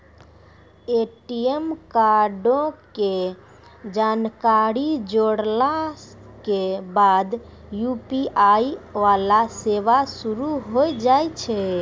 ATM कार्डो के जानकारी जोड़ला के बाद यू.पी.आई वाला सेवा शुरू होय जाय छै